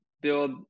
build